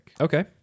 Okay